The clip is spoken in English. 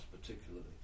particularly